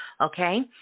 okay